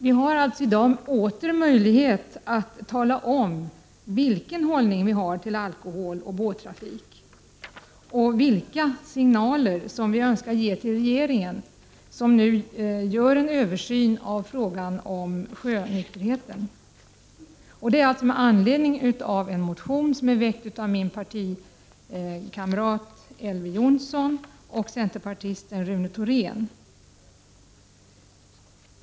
Vi har i dag i riksdagen åter möjlighet att tala om vilken hållning vi har till alkohol och båttrafik och vilka signaler vi önskar ge till regeringen, som nu gör en översyn av frågan om sjönykterheten. Denna debatt är föranledd av en motion väckt av min partikamrat Elver Jonsson och centerpartisten Rune Thorén.